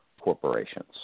corporations